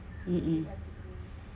(uh huh)